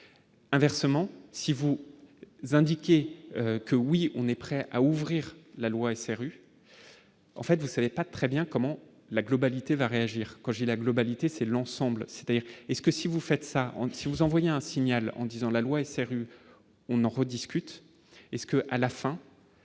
inversement, si vous indiquer que oui, on est prêt à ouvrir la loi SRU, en fait vous savez pas très bien comment la globalité va réagir quand j'ai la globalité, c'est l'ensemble, c'est-à-dire est-ce que si vous faites ça en si vous envoyez un signal en disant : la loi SRU, on en rediscute est-ce que à la fin.